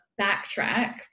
backtrack